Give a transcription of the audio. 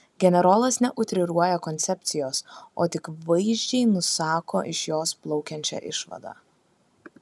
generolas neutriruoja koncepcijos o tik vaizdžiai nusako iš jos plaukiančią išvadą